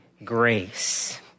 Grace